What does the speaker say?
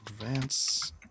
Advance